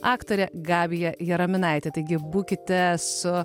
aktorė gabija jaraminaitė taigi būkite su